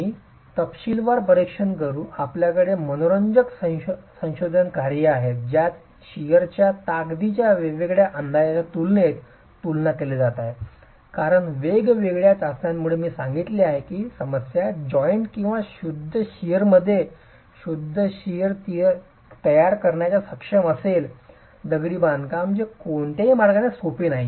आम्ही तपशीलवार परीक्षण करू आपल्याकडे मनोरंजक संशोधन कार्ये आहेत ज्यात शिअरच्या ताकदीच्या वेगवेगळ्या अंदाजांच्या तुलनेत तुलना केली जात आहे कारण वेगवेगळ्या चाचण्यांमुळे मी सांगितले आहे की समस्या जॉइंट किंवा शुद्ध शिअर मध्ये शुद्ध शिअर तयार करण्यास सक्षम असेल दगडी बांधकाम जे कोणत्याही मार्गाने सोपे नाही